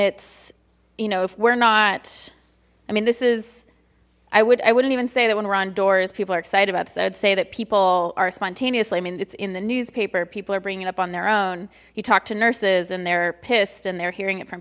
it's you know if we're not i mean this is i would i wouldn't even say that when we're on doors people are excited about so i'd say that people are spontaneously i mean it's in the newspaper people are bringing it up on their own you talked to nurses and they're pissed and they're hearing it fro